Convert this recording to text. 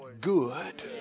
good